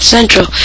Central